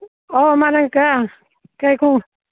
ꯑꯣ ꯃꯥꯅꯦ ꯀꯀꯥ ꯀꯥꯏꯀꯨ